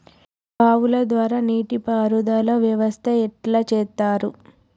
బావుల ద్వారా నీటి పారుదల వ్యవస్థ ఎట్లా చేత్తరు?